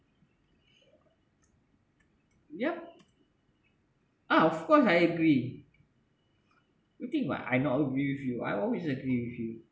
yup ah of course I agree you think what I not agree with you I always agree with you